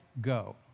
go